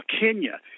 Kenya